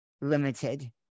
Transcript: limited